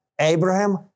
Abraham